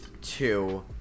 two